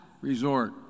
resort